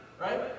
right